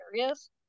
areas